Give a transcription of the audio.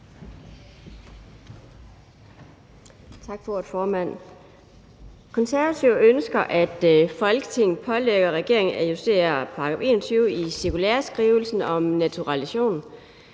Tak for ordet, formand. Konservative ønsker, at Folketinget skal pålægge regeringen at justere § 21 i cirkulæreskrivelsen om naturalisation,